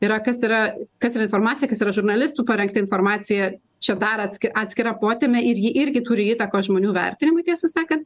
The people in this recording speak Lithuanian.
yra kas yra kas yra informacija kas yra žurnalistų parengta informacija čia dar atski atskira potemė ir ji irgi turi įtakos žmonių vertinimui tiesą sakant